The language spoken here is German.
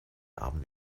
abend